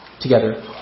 together